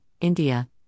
India